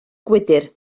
gwydr